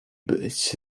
być